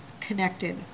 connected